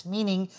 Meaning